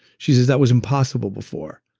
she says, that was impossible before.